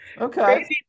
Okay